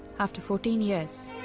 after fourteen years